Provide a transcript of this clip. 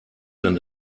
kann